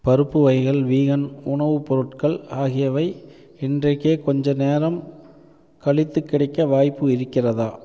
பருப்பு வகைகள் வீகன் உணவுப் பொருட்கள் ஆகியவை இன்றைக்கே கொஞ்ச நேரம் கழித்து கிடைக்க வாய்ப்பு இருக்கிறதா